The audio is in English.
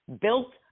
built